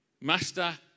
Master